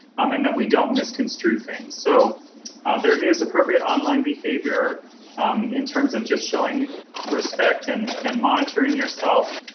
um and that we don't misconstrue things. so there is appropriate online behavior in terms of just showing respect and and monitoring yourself,